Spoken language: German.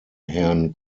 herrn